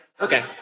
Okay